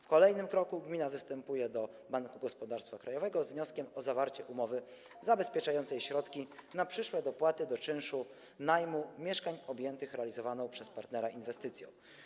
W kolejnym kroku gmina występuje do Banku Gospodarstwa Krajowego z wnioskiem o zawarcie umowy zabezpieczającej środki na przyszłe dopłaty do czynszu najmu mieszkań objętych realizowaną przez partnera inwestycją.